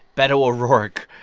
beto o'rourke,